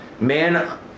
man